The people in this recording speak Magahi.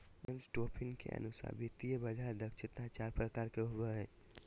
जेम्स टोबीन के अनुसार वित्तीय बाजार दक्षता चार प्रकार के होवो हय